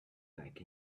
back